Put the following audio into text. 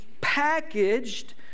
packaged